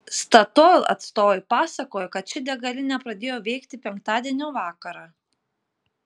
statoil atstovai pasakojo kad ši degalinė pradėjo veikti penktadienio vakarą